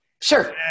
Sure